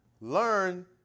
learn